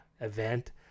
event